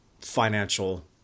financial